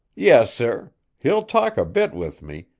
yes, sir he'll talk a bit with me,